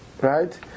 right